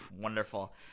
Wonderful